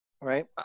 right